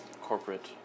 corporate